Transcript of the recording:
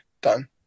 done